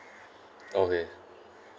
okay